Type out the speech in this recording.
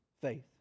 faith